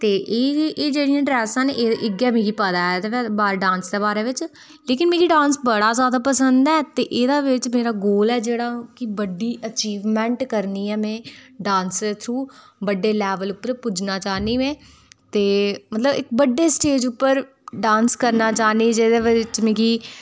ते एह् जेह्ड़ियां ड्रेसां न इयै मिकी पता ऐ बार डांस दे बारे बिच्च लेकिन मिकी डांस बड़ा ज़्यादा पसंद ऐ ते एह्दा बिच्च मेरा गोल ऐ जेह्ड़ा की बड्डी अचीवमेंट करनी ऐ में डांस दे थरु बड्डे लेवल उप्पर पुज्जना चाह्नी में ते मतलब इक बड्डे स्टेज उप्पर डांस करना चाह्नीं जेह्दे बिच्च मिकी